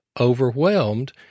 overwhelmed